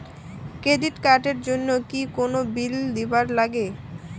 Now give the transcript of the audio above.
Credit card এর জন্যে কি কোনো বিল দিবার লাগে?